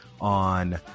on